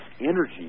energy